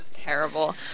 terrible